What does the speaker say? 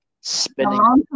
spinning